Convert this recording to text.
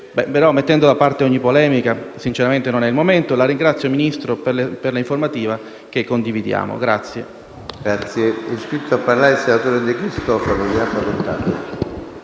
Però, mettendo da parte ogni polemica (sinceramente non è il momento), la ringrazio, signor Ministro, per la sua informativa, che condividiamo.